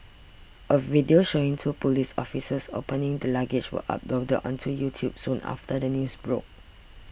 a video showing two police officers opening the luggage was uploaded onto YouTube soon after the news broke